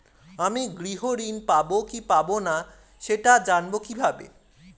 আমি গৃহ ঋণ পাবো কি পাবো না সেটা জানবো কিভাবে?